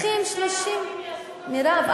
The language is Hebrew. מירב,